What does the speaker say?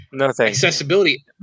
accessibility